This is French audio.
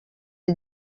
est